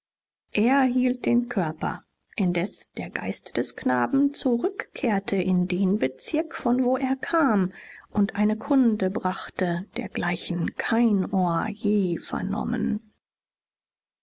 er hielt den körper indes der geist des knaben zurückkehrte in den bezirk von wo er kam und eine kunde brachte dergleichen kein ohr je vernommen